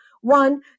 one